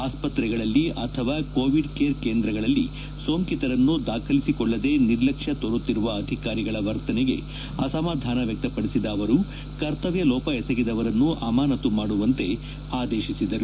ಆಸ್ಪತ್ರೆಗಳಲ್ಲಿ ಅಥವಾ Covid care ಕೇಂದ್ರದಲ್ಲಿ ಸೋಂಕಿತರನ್ನು ದಾಖಲಿಸಿಕೊಳ್ಳದೆ ನಿರ್ಲಕ್ಷ್ಯ ತೋರುತ್ತಿರುವ ಅಧಿಕಾರಿಗಳ ವರ್ತನೆಗೆ ಅಸಮಾಧಾನ ವ್ಯಕ್ತಪಡಿಸಿದ ಅವರು ಕರ್ತವ್ಯಲೋಪ ಎಸಗಿದವರನ್ನು ಅಮಾನತು ಮಾಡುವಂತೆ ಸಚಿವರು ಆದೇಶಿಸಿದರು